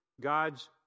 God's